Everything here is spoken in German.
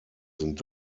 sind